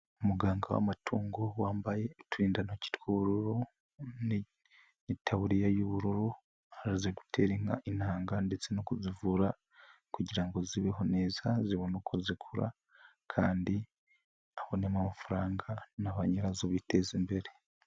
Umuganga w'amatungo wambaye uturindantoki tW'ubururu, Itaburiya y'ubururu. Arimo gutera inka intanga ndetse no kuzivura kugira ngo zibeho neza zibone uko zikura kandi abonemo amafaranga na banyirazo biteza imbere.